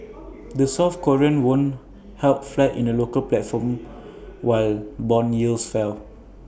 the south Korean won held flat in the local platform while Bond yields fell